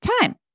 Time